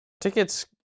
tickets